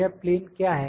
यह प्लेन क्या है